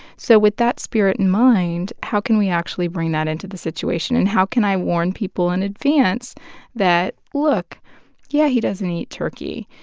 so with that spirit in mind, how can we actually bring that into the situation? and how can i warn people in advance that, look yeah, he doesn't eat turkey.